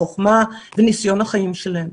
החוכמה וניסיון החיים שלהם.